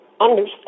understand